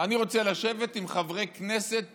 אני רוצה לשבת עם חברי כנסת פשוטים.